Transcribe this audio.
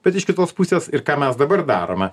bet iš kitos pusės ir ką mes dabar darome